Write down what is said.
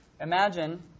imagine